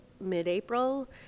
mid-April